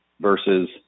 versus